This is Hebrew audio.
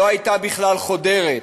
לא הייתה בכלל חודרת.